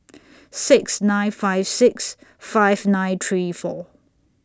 six nine five six five nine three four